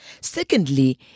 Secondly